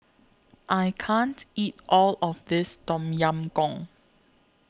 I can't eat All of This Tom Yam Goong